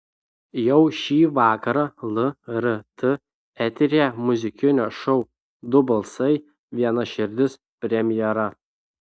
jau šį vakarą lrt eteryje muzikinio šou du balsai viena širdis premjera